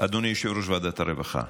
אדוני יושב-ראש ועדת הרווחה,